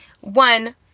one